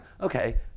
okay